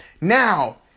Now